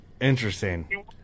Interesting